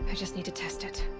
ah just need to test it.